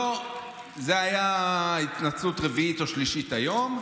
הייתה התנצלות רביעית או שלישית היום,